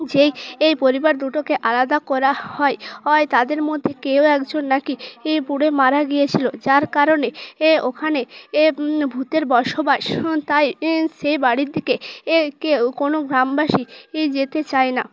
যেই এই পরিবার দুটোকে আলাদা করা হয় অয় তাদের মধ্যে কেউ একজন নাকি ই পুড়ে মারা গিয়েছিল যার কারণে এ ওখানে এ ভূতের বসবাস তাই ই সেই বাড়ির দিকে এ কেউ কোনও গ্রামবাসী ই যেতে চায় না